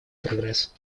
прогресс